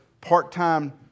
part-time